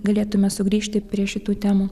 galėtume sugrįžti prie šitų temų